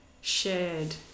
shared